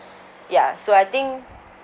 ya so I think